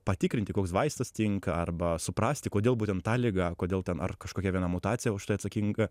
patikrinti koks vaistas tinka arba suprasti kodėl būtent ta liga kodėl ten ar kažkokia viena mutacija už tai atsakinga